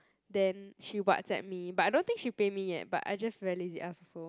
then she WhatsApp me but I don't think she pay me yet but I just very lazy ask also